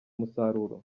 umusaruro